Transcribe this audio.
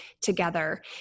together